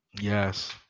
Yes